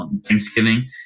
Thanksgiving